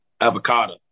avocado